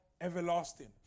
everlasting